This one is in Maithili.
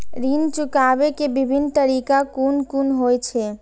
ऋण चुकाबे के विभिन्न तरीका कुन कुन होय छे?